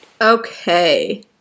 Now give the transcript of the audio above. Okay